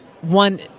one